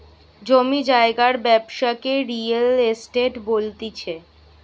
জমি জায়গার ব্যবসাকে রিয়েল এস্টেট বলতিছে